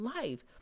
life